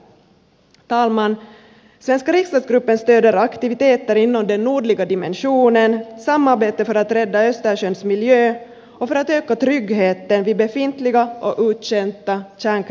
svenska riksdagsgruppen stöder aktiviteter inom den nordliga dimensionen samarbete för att rädda östersjöns miljö och för att öka tryggheten vid befintliga och uttjänta kärnkraftsreaktorer